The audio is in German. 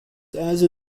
also